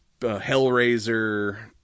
Hellraiser